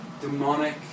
demonic